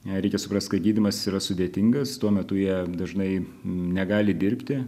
jei reikia suprasti kad gydymas yra sudėtingas tuo metu jie dažnai negali dirbti